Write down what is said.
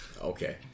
Okay